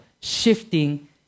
shifting